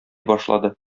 башлады